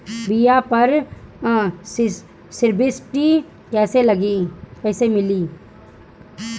बीया पर सब्सिडी कैसे मिली?